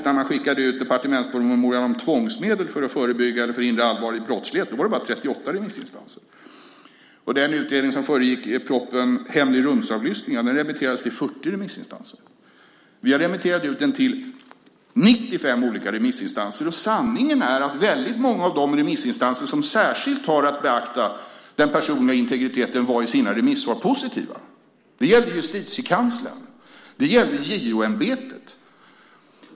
När man skickade ut departementspromemorian om tvångsmedel för att förebygga eller förhindra allvarlig brottslighet var det bara 38 remissinstanser. Den utredning som föregick propositionen Hemlig rumsavlyssning remitterades till 40 remissinstanser. Vi har remitterat ut den till 95 olika remissinstanser. Sanningen är att väldigt många av de remissinstanser som särskilt har att beakta den personliga integriteten var i sina remissvar positiva. Det gällde Justitiekanslern. Det gällde JO-ämbetet.